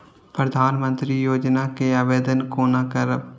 प्रधानमंत्री योजना के आवेदन कोना करब?